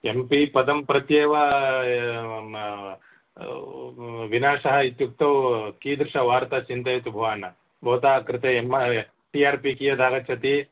M P पदं प्रत्येव विनाशः इत्युक्तौ कीदृशवार्ता चिन्तयतु भवान् भवतः कृते M R T R P कियद् आगच्छति